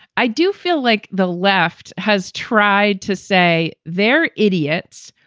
i do feel like the left has tried to say they're idiots.